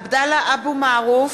עבדאללה אבו מערוף,